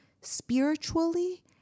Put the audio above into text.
spiritually